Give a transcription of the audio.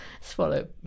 Swallow